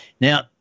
now